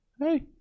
Hey